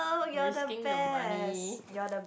risking the money